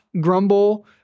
grumble